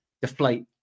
deflate